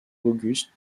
auguste